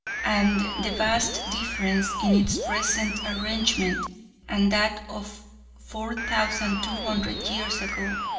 and the vast difference in its present arrangement and that of four thousand two hundred years ago,